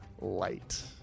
light